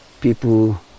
people